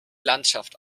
landschaft